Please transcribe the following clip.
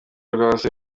rw’abagore